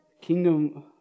Kingdom